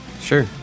sure